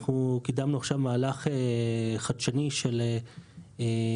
אנחנו קידמנו עכשיו מהלך חדשני של מימון